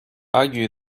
argue